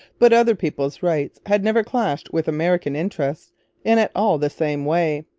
but other peoples' rights had never clashed with american interests in at all the same way.